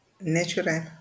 Natural